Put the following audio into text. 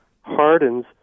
hardens